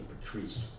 Patrice